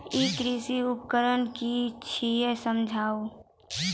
ई कृषि उपकरण कि छियै समझाऊ?